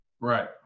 Right